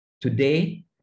Today